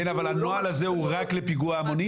כן, אבל הנוהל הזה הוא רק לפיגוע המוני?